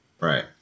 right